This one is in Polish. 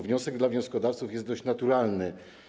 Wniosek dla wnioskodawców jest dość naturalny.